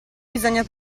bisogna